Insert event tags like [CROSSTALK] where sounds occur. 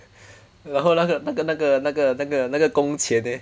[NOISE] 然后那个那个那个那个那个那个工钱 eh